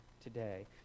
today